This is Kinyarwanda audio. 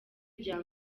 rya